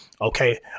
okay